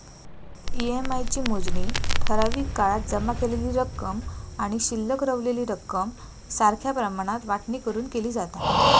EMI ची मोजणी ठराविक काळात जमा केलेली रक्कम आणि शिल्लक रवलेली रक्कम सारख्या प्रमाणात वाटणी करून केली जाता